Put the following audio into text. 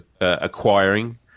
acquiring